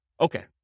Okay